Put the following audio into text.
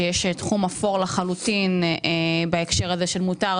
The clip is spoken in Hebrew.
עם זה שיש תחום אפור בהקשר של מותר,